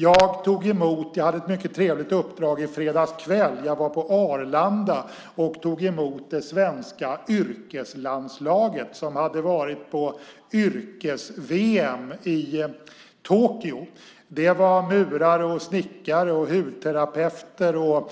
Jag hade ett mycket trevligt uppdrag i fredagskväll. Jag var på Arlanda och tog emot det svenska yrkeslandslaget som hade varit på yrkes-VM i Tokyo. Det var murare, snickare, hudterapeuter,